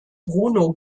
bruno